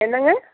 என்னங்க